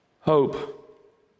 hope